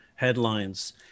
Headlines